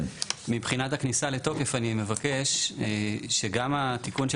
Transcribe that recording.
מבחינת הכניסה לתוקף אני מבקש שגם התיקון של